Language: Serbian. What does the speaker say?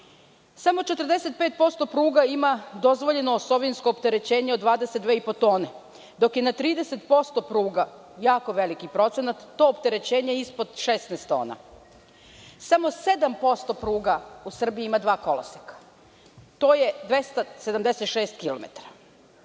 Samo 45% pruga ima dozvoljeno osovinsko opterećenje od 22,5 tone, dok je na 30% pruga jako veliki procenat. To opterećenje ispod 16 tona. Samo 7% pruga u Srbiji ima dva koloseka. To je 276 kilometara.